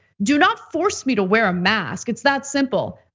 do not force me to wear a mask. it's that simple.